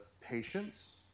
patience